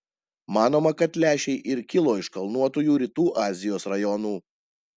manoma kad lęšiai ir kilo iš kalnuotųjų rytų azijos rajonų